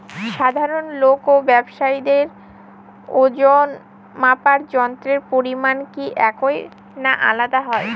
সাধারণ লোক ও ব্যাবসায়ীদের ওজনমাপার যন্ত্রের পরিমাপ কি একই না আলাদা হয়?